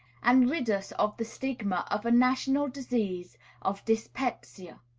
and rid us of the stigma of a national disease of dyspepsia.